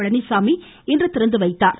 பழனிச்சாமி இன்று திறந்து வைத்தார்